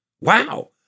Wow